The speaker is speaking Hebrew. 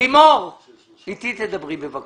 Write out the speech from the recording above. אני רוצה לומר לך